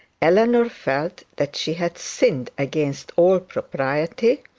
eleanor felt that she had sinned against all propriety,